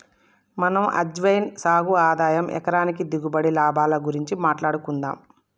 మనం అజ్వైన్ సాగు ఆదాయం ఎకరానికి దిగుబడి, లాభాల గురించి మాట్లాడుకుందం